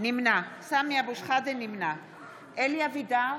נמנע אלי אבידר,